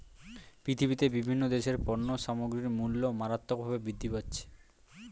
পৃথিবীতে বিভিন্ন দেশের পণ্য সামগ্রীর মূল্য মারাত্মকভাবে বৃদ্ধি পাচ্ছে